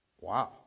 Wow